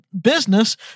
business